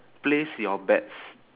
place your bets